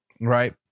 right